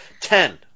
Ten